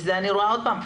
ועוד פעם,